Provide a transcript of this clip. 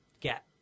get